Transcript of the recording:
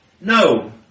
No